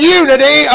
unity